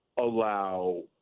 allow